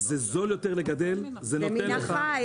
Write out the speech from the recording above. זה זול יותר לגדל --- זה מן החי.